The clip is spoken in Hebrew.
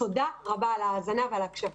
תודה רבה על ההאזנה ועל ההקשבה.